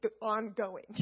ongoing